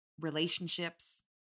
relationships